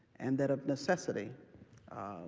and that of necessity